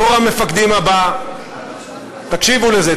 "דור המפקדים הבא" תקשיבו לזה,